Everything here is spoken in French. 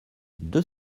deux